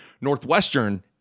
Northwestern